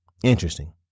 Interesting